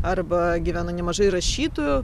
arba gyvena nemažai rašytojų